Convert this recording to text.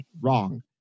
wrong